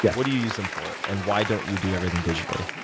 yeah what do you use them for? and why don't you do everything digitally?